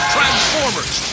Transformers